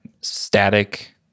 static